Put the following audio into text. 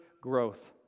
growth